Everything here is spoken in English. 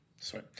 sweet